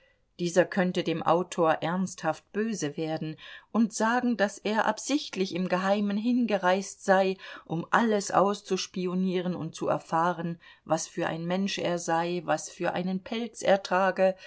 dieser könnte dem autor ernsthaft böse werden und sagen daß er absichtlich im geheimen hingereist sei um alles auszuspionieren und zu erfahren was für ein mensch er sei was für einen pelz